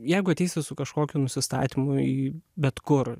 jeigu ateisi su kažkokiu nusistatymui į bet kur